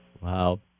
Wow